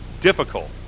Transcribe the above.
difficult